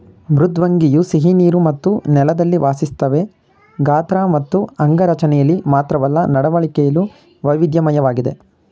ಮೃದ್ವಂಗಿಯು ಸಿಹಿನೀರು ಮತ್ತು ನೆಲದಲ್ಲಿ ವಾಸಿಸ್ತವೆ ಗಾತ್ರ ಮತ್ತು ಅಂಗರಚನೆಲಿ ಮಾತ್ರವಲ್ಲ ನಡವಳಿಕೆಲು ವೈವಿಧ್ಯಮಯವಾಗಿವೆ